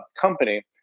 company